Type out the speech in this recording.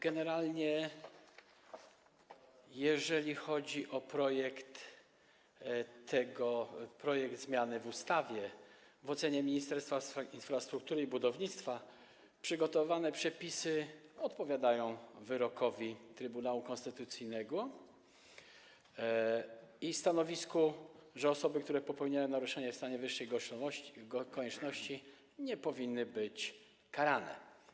Generalnie jeżeli chodzi o projekt zmiany w ustawie, w ocenie Ministerstwa Infrastruktury i Budownictwa przygotowane przepisy odpowiadają wyrokowi Trybunału Konstytucyjnego i stanowisku, że osoby, które popełniają naruszenie w stanie wyższej konieczności, nie powinny być karane.